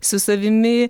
su savimi